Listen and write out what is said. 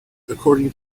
according